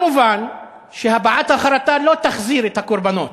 כמובן שהבעת החרטה לא תחזיר את הקורבנות,